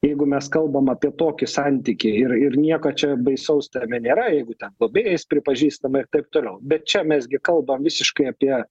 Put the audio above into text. jeigu mes kalbam apie tokį santykį ir ir nieko čia baisaus tame nėra jeigu ten globėjais pripažįstama ir taip toliau bet čia mes gi kalbam visiškai apie